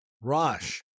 Rosh